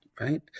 right